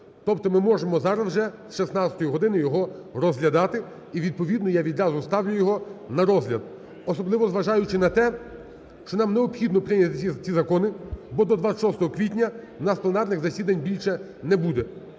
Тобто ми можемо зараз вже з 16-ї години його розглядати і, відповідно, я відразу ставлю його на розгляд, особливо зважаючи на те, що нам необхідно прийняти ці закони, бо до 26 квітня у нас пленарних засідань більше не буде.